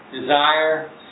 desire